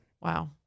Wow